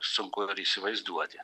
sunku įsivaizduoti